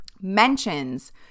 mentions